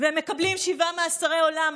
והם קיבלו שבעה מאסרי עולם.